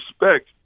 respect